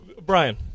Brian